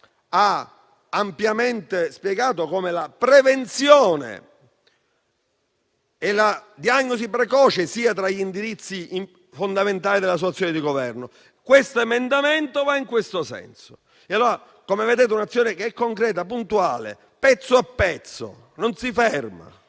ha ampiamente spiegato come la prevenzione e la diagnosi precoce siano tra gli indirizzi fondamentali della sua azione di Governo; questo emendamento va in tal senso. Come vedete, si tratta di un'azione concreta, puntuale, pezzo a pezzo, che non si ferma.